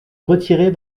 retirer